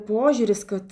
požiūris kad